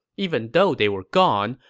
even though they were gone,